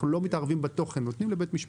אנחנו לא מתערבים בתוכן, נותנים לבית משפט.